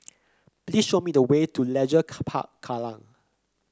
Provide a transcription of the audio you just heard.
please show me the way to Leisure car Park Kallang